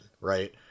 right